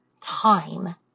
time